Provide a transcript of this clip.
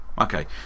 okay